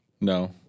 No